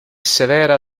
severa